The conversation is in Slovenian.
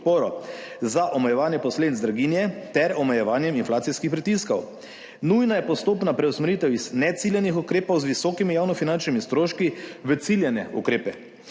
omejevanje posledic blaginje ter omejevanjem inflacijskih pritiskov. Nujna je postopna preusmeritev iz ne ciljanih ukrepov z visokimi javnofinančnimi stroški v ciljane ukrepe.